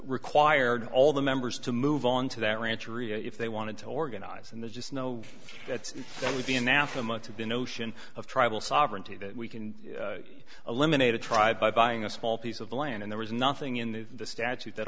required all the members to move onto that ranch area if they wanted to organize and there's just no that's going to be anathema to be notion of tribal sovereignty that we can eliminate a tribe by buying a small piece of land there was nothing in the statute that